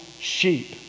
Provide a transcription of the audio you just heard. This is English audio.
sheep